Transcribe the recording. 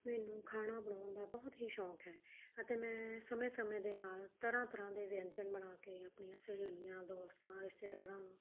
ਮੈਨੂੰ ਖਾਣਾ ਬਣਾਉਣ ਦਾ ਬਹੁਤ ਹੀ ਸ਼ੌਕ ਹੈ ਅਤੇ ਮੈਂ ਸਮੇਂ ਸਮੇਂ ਦੇ ਨਾਲ ਤਰ੍ਹਾਂ ਤਰ੍ਹਾਂ ਦੇ ਵਿਅੰਜਨ ਬਣਾ ਕੇ ਆਪਣੀਆਂ ਸਹੇਲੀਆਂ ਦੋਸਤਾਂ ਰਿਸ਼ਤੇਦਾਰਾਂ ਨੂੰ